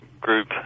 group